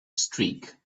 streak